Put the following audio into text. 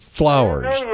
flowers